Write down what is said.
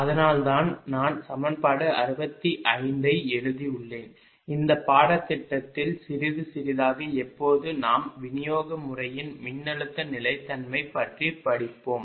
அதனால் தான் நான் சமன்பாடு 65 ஐ எழுதியுள்ளேன் இந்த பாடத்திட்டத்தில் சிறிது சிறிதாக எப்போது நாம் விநியோக முறையின் மின்னழுத்த நிலைத்தன்மை பற்றி படிப்போம்